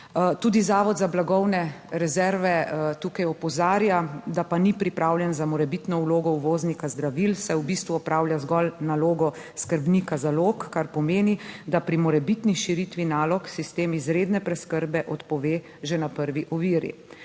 Tudi Zavod za blagovne rezerve tukaj opozarja, da pa ni pripravljen za morebitno vlogo uvoznika zdravil, saj v bistvu opravlja zgolj nalogo skrbnika zalog, kar pomeni, da pri morebitni širitvi nalog sistem izredne preskrbe odpove že na prvi oviri.